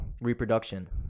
reproduction